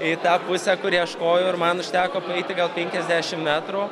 į tą pusę kur ieškojau ir man užteko paeiti gal penkiasdešim metrų